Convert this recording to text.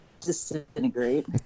Disintegrate